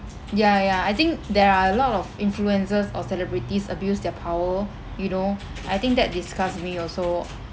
ya ya ya I think there are a lot of influencers or celebrities abuse their power you know I think that disgusts me also